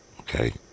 okay